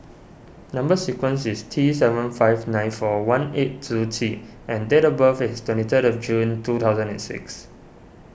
Number Sequence is T seven five nine four one eight two T and date of birth is twenty third of June two thousand and six